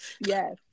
yes